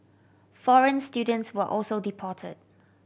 foreign students were also deported